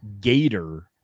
Gator